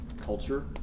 culture